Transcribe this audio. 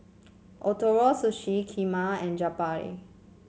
Ootoro Sushi Kheema and Japchae